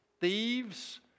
thieves